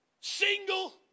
single